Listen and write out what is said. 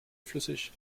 flüssig